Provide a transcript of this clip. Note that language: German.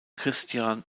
christian